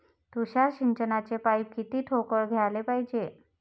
तुषार सिंचनाचे पाइप किती ठोकळ घ्याले पायजे?